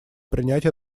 принять